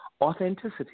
authenticity